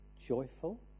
joyful